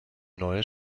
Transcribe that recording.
neues